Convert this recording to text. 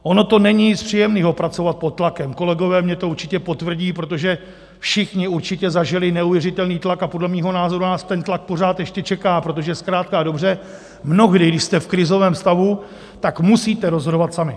Ono to není nic příjemného pracovat pod tlakem, kolegové mně to určitě potvrdí, protože všichni určitě zažili neuvěřitelný tlak, a podle mého názoru nás ten tlak pořád ještě čeká, protože zkrátka a dobře mnohdy, když jste v krizovém stavu, tak musíte rozhodovat sami.